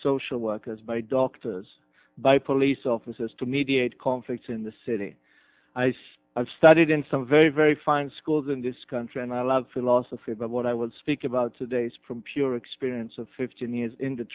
social workers by doctors by police officers to mediate conflicts in the city ice i've studied in some very very fine schools in this country and i love philosophy but what i will speak about today's from pure experience of fifteen years in the